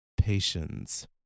patience